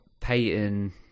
Peyton